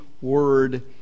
word